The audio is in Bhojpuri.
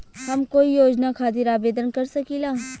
हम कोई योजना खातिर आवेदन कर सकीला?